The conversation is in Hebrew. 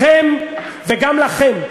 לכם וגם לכם,